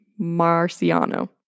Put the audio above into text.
marciano